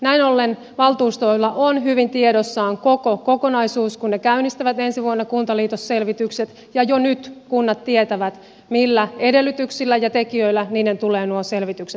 näin ollen valtuustoilla on hyvin tiedossaan koko kokonaisuus kun ne käynnistävät ensi vuonna kuntaliitosselvitykset ja jo nyt kunnat tietävät millä edellytyksillä ja tekijöillä niiden tulee nuo selvitykset käynnistää